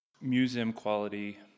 museum-quality